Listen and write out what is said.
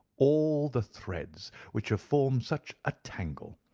all the threads which have formed such a tangle.